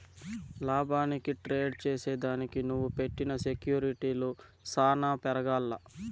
లాభానికి ట్రేడ్ చేసిదానికి నువ్వు పెట్టిన సెక్యూర్టీలు సాన పెరగాల్ల